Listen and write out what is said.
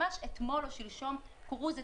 ממש אתמול או שלשום קרוז,